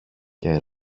και